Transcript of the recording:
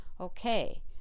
okay